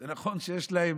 זה נכון שיש להם